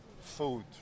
food